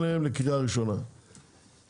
מי נגד?